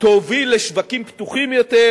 תוביל לשווקים פתוחים יותר,